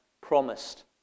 promised